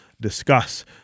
discuss